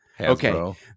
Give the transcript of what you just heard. Okay